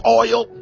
oil